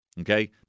okay